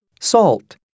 Salt